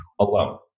alone